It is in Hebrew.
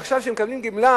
ועכשיו שהם מקבלים גמלה,